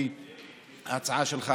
לפי ההצעה שלך,